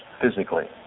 physically